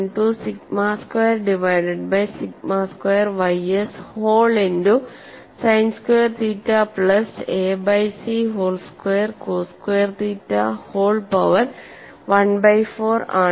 212 sigma square divided by sigma square ys whole into sine square theta plus a by c whole square cos square theta whole power 1 by 4 ആണ്